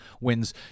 wins